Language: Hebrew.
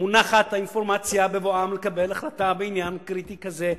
מונחת האינפורמציה בבואם לקבל החלטה בעניין קריטי כזה,